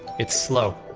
it's slow.